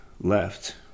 left